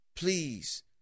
Please